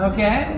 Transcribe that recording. Okay